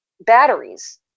Batteries